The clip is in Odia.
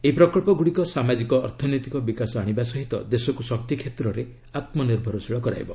ଏହି ପ୍ରକଳ୍ପଗୁଡ଼ିକ ସାମାଜିକ ଅର୍ଥନୈତିକ ବିକାଶ ଆଶିବା ସହିତ ଦେଶକୁ ଶକ୍ତିକ୍ଷେତ୍ରରେ ଆତ୍ମନିର୍ଭରଶୀଳ କରାଇବ